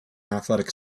athletic